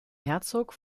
herzog